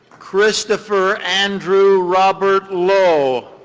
christopher andrew robert lowe.